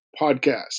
podcast